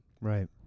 Right